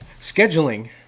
scheduling